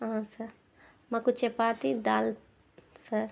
sir మాకు చపాతి దాల్ సార్